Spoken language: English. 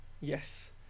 Yes